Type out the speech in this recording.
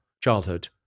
childhood